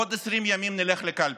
בעוד 20 ימים נלך לקלפי.